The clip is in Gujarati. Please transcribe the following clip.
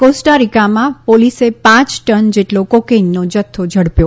કોસ્ટારીકામાં પોલીસે પાંચ ટન જેટલો કોકેઇનનો જથ્થો ઝડપ્યો